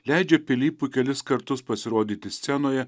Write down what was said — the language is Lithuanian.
leidžia pilypui kelis kartus pasirodyti scenoje